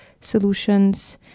solutions